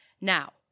Now